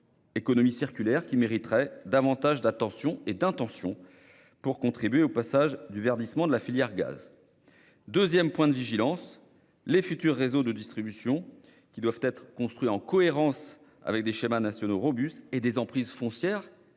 économie circulaire mériterait davantage d'attention et d'intentions, pour contribuer, au passage, au verdissement de la filière gaz. D'autre part, les futurs réseaux de distribution doivent être construits en cohérence avec des schémas nationaux robustes et des emprises foncières